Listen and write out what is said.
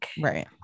right